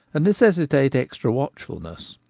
and necessitate extra watchfulness.